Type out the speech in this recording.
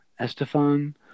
Estefan